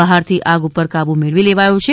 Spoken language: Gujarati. બહારથી આગ પર કાબ્ મેળવી લેવાયો છે